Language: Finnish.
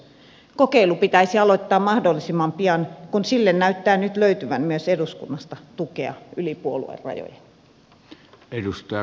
kokeilu pitäisi aloittaa mahdollisimman pian kun sille näyttää nyt löytyvän myös eduskunnasta tukea yli puoluerajojen